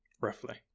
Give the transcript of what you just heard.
roughly